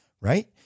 right